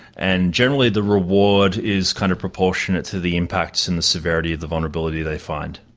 and generally the reward is kind of proportionate to the impact and the severity of the vulnerability they find.